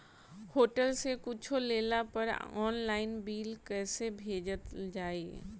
Hotel से कुच्छो लेला पर आनलाइन बिल कैसे भेजल जाइ?